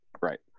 Right